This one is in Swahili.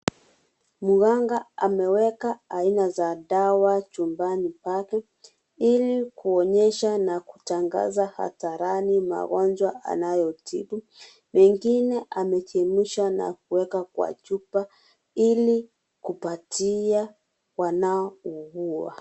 Mganga ameweka aina za dawa chumbani pake ili kuonyeshana kutangaza hadharani magojwa anayotibu , mengine amechemsha na kueka kwa chupa ili kupatia wanao ugua.